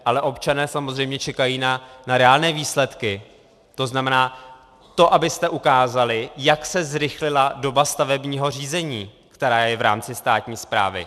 Ale občané samozřejmě čekají na reálné výsledky, tzn. to, abyste ukázali, jak se zrychlila doba stavebního řízení, která je v rámci státní správy.